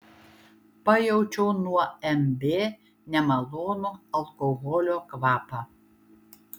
pajaučiau nuo mb nemalonų alkoholio kvapą